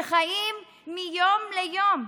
חיים מיום ליום,